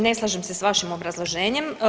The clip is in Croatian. Ne slažem se s vašim obrazloženjem.